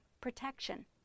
protection